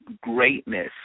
greatness